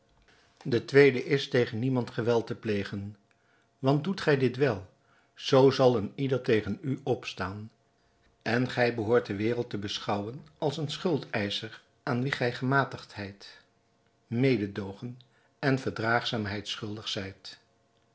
de tweede is tegen niemand geweld te plegen want doet gij dit wel zoo zal een ieder tegen u opstaan en gij behoort de wereld te beschouwen als een schuldeischer aan wien gij gematigdheid mededoogen en verdraagzaamheid schuldig zijt